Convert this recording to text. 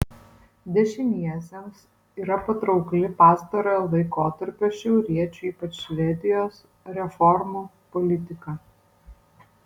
dešiniesiems yra patraukli pastarojo laikotarpio šiauriečių ypač švedijos reformų politika